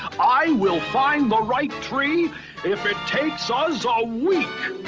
i will find the right tree if it takes us a week!